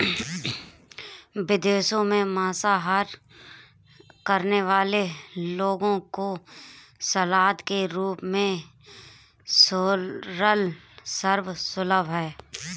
विदेशों में मांसाहार करने वाले लोगों को सलाद के रूप में सोरल सर्व सुलभ है